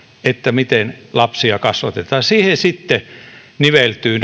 miten lapsia kasvatetaan siihen sitten niveltyy